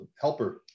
helper